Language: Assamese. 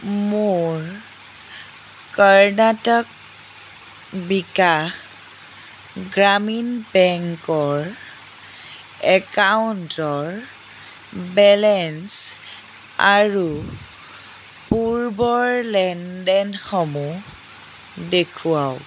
মোৰ কৰ্ণাটক বিকাশ গ্ৰামীণ বেংকৰ একাউণ্টৰ বেলেঞ্চ আৰু পূৰ্বৰ লেনদেনসমূহ দেখুৱাওক